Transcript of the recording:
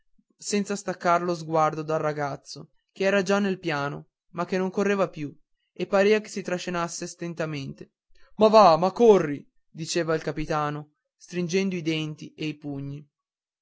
senza staccar lo sguardo dal ragazzo che già era nel piano ma che più non correva e parea che si trascinasse stentatamente ma va ma corri diceva il capitano stringendo i denti e i pugni